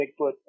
Bigfoot